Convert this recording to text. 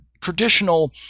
traditional